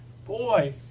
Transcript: Boy